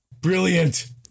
brilliant